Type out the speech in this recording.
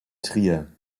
trier